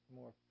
more